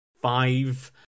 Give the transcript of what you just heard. five